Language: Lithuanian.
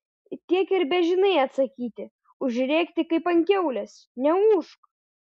tiek ir bežinai atsakyti užrėkti kaip ant kiaulės neūžk